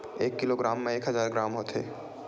एक किलोग्राम मा एक हजार ग्राम होथे